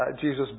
Jesus